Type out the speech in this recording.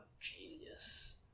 genius